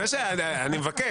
אני חולק על מה